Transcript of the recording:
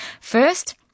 First